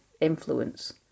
influence